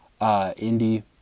indie